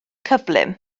cyflym